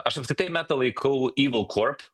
aš apskritai metą laikau evil corp